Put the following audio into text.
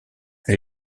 elle